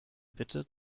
bitte